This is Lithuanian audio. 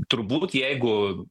turbūt jeigu